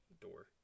door